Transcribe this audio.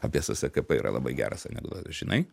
apie sskp yra labai geras anekdotas žinai